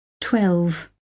twelve